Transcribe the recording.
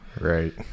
Right